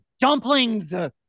dumplings